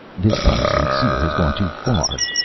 this time st. cyr has gone too far.